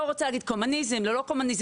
אני לא רוצה להגיד קומוניזם או לא קומוניזם,